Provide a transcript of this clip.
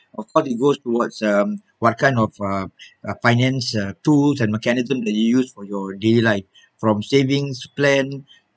or what it goes towards um what kind of a a finance uh tools and mechanism that you use for your daily life from savings plan